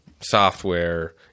software